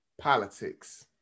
Politics